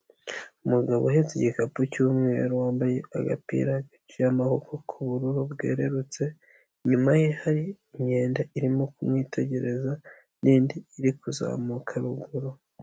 Umugabo uhetse igikapu cy'umweru, wambaye agapira k'amaboko k'ubururu bwerurutse, inyuma ye hari inkende irimo kumwitegereza n'indi iri kuzamuka ruguru.